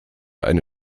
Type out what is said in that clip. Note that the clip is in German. eine